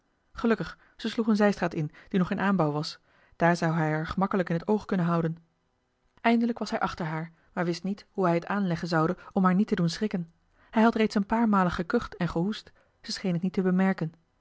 gelukkig ze sloeg eene zijstraat in die nog in aanbouw was daar zou hij haar gemakkelijk in het oog kunnen houden eindelijk was hij achter haar maar wist niet hoe hij het aanleggen zoude om haar niet te doen schrikken hij had reeds een paar malen gekucht en gehoest ze scheen het niet te bemerken